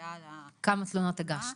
שמודיעה --- כמה תלונות הגשת.